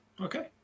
okay